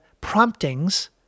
promptings